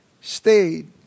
stayed